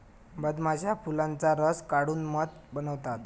मधमाश्या फुलांचा रस काढून मध बनवतात